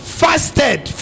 fasted